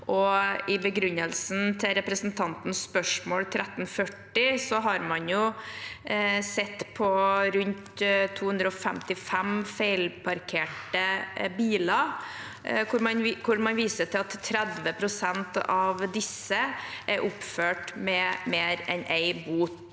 I begrunnelsen til representantens spørsmål nr. 1340 har man sett på rundt 255 feilparkerte biler, hvor man viser til at 30 pst. av disse er oppført med mer enn én bot.